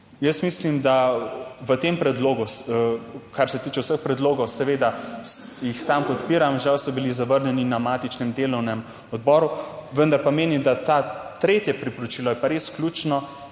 Jaz mislim, da v tem predlogu, kar se tiče vseh predlogov, seveda jih sam podpiram, žal so bili zavrnjeni na matičnem delovnem odboru, vendar pa menim, da to tretje priporočilo je pa res ključno